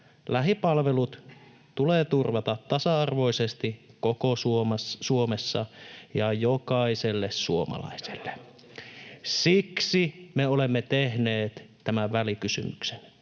lähipalvelut tulee turvata tasa-arvoisesti koko Suomessa ja jokaiselle suomalaiselle. [Timo Heinonen: Mitkä palvelut sinne